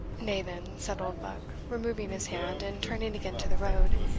nay, then, said oldbuck, removing his hand, and turning again to the road,